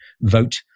vote